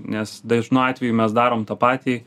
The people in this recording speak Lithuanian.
nes dažnu atveju mes darom tą patį